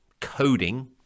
coding